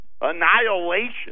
annihilation